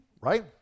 Right